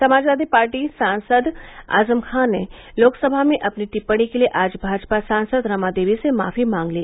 Samajwadi party सांसद आजम खान ने लोकसभा में अपनी टिप्पणी के लिए आज भाजपा सांसद रमा देवी से माफी मांग ली